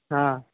हाँ